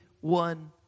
one